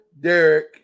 Derek